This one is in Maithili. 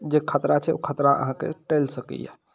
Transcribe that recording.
जे खतरा छै ओ खतरा अहाँकेँ टलि सकैया